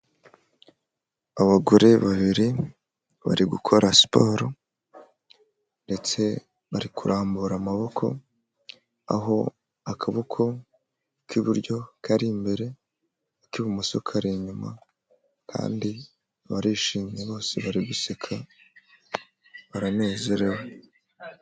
Abagore babiri bari gukora siporo ndetse bari kurambura amaboko, aho akaboko k'iburyo kari imbere, ak'ibumoso kari inyuma kandi barishimye bose bari guseka, baranezerewe.